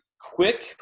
quick